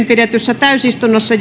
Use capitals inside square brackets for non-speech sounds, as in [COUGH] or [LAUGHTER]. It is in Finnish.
[UNINTELLIGIBLE] pidetyssä täysistunnossa [UNINTELLIGIBLE]